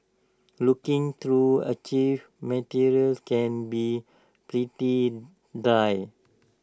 looking through archived materials can be pretty dry